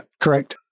correct